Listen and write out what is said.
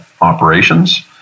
operations